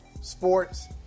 sports